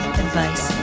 advice